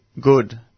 good